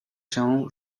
się